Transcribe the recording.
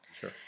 Sure